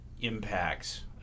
impacts